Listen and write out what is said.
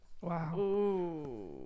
Wow